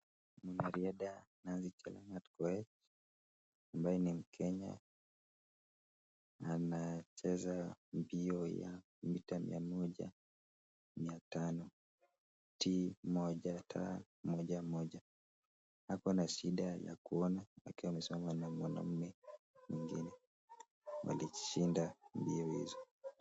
Mwanariadha Nancy Chelangat Koech, ambaye ni mkenya. Anacheza mbio ya mita mia moja, mia tano T11,ako na shida ya kuona na amesimama na mwanaume mwengine. Walishinda mbio hizo.